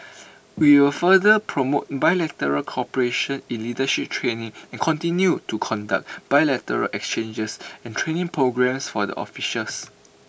we will further promote bilateral cooperation in leadership training and continue to conduct bilateral exchanges and training programs for the officials